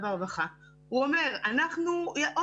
אנחנו מבחינתנו מנסים להציף,